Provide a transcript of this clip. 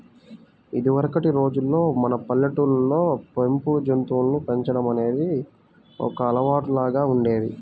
ఇదివరకటి రోజుల్లో మన పల్లెటూళ్ళల్లో పెంపుడు జంతువులను పెంచడం అనేది ఒక అలవాటులాగా ఉండేది